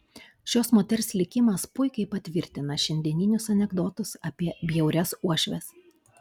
šios moters likimas puikiai patvirtina šiandieninius anekdotus apie bjaurias uošves